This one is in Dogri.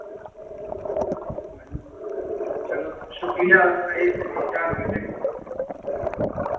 चलो शुक्रिया असें ई इतनी जानकारी देने लेई